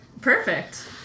Perfect